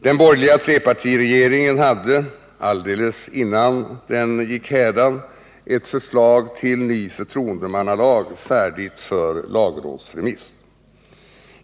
Den borgerliga trepartiregeringen hade, alldeles innan den gick hädan, ett förslag till ny förtroendemannalag färdigt för lagrådsremiss.